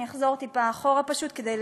אחזור טיפה אחורה פשוט כדי